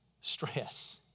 stress